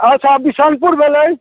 अच्छा बिशनपुर भेलै